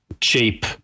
cheap